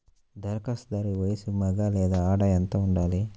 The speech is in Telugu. ధరఖాస్తుదారుని వయస్సు మగ లేదా ఆడ ఎంత ఉండాలి?